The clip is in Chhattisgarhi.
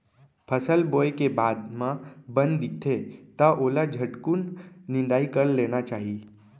फसल बोए के बाद म बन दिखथे त ओला झटकुन निंदाई कर लेना चाही